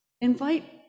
Invite